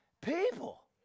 people